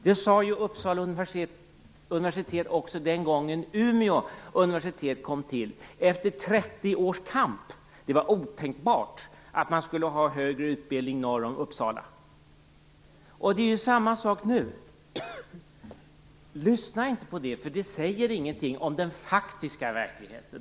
Detta sades också från Uppsala universitet den gången som Umeå universitet kom till efter 30 års kamp. Det var otänkbart att man skulle ha högre utbildning norr om Uppsala. Det är samma sak nu. Man skall inte lyssna på detta, eftersom det inte säger något om den faktiska verkligheten.